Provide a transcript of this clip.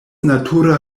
natura